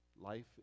Life